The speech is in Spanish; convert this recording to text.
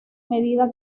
medida